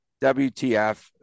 WTF